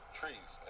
trees